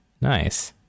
Nice